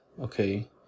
okay